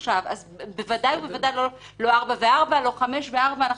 בוודאי לא ארבע וארבע או חמש וארבע.